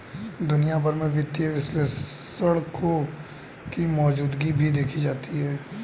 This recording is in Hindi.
दुनिया भर में वित्तीय विश्लेषकों की मौजूदगी भी देखी जाती है